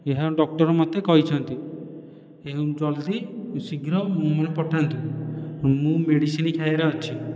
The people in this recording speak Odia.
ଏହା ଡକ୍ଟର ମତେ କହିଛନ୍ତି ଏଣୁ ଜଲଦି ଶୀଘ୍ର ପଠାନ୍ତୁ ମୁଁ ମେଡ଼ିସିନ ଖାଇବାର ଅଛି